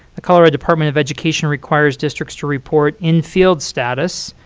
the colorado department of education requires districts to report infield status,